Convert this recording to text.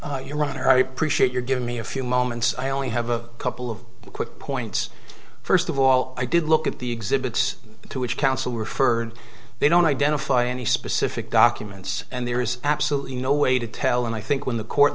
honor i appreciate your giving me a few moments i only have a couple of quick points first of all i did look at the exhibits to which counsel referred they don't identify any specific documents and there is absolutely no way to tell and i think when the court